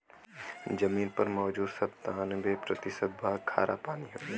जमीन पर मौजूद सत्तानबे प्रतिशत भाग खारापानी हउवे